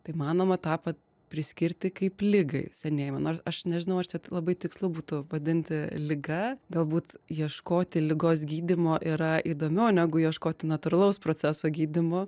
tai manoma tą pat priskirti kaip ligai senėjimą nors aš nežinau aš labai tikslu būtų vadinti liga galbūt ieškoti ligos gydymo yra įdomiau negu ieškoti natūralaus proceso gydymo